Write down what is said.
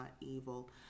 evil